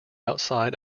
outside